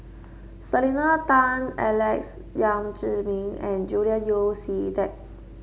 Selena Tan Alex Yam Ziming and Julian Yeo See Teck